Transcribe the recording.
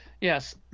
Yes